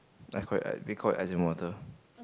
I quite like being caught in ice and water